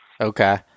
Okay